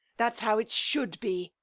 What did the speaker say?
that's how it should be.